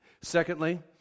Secondly